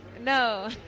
No